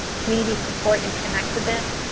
community support and connectedness.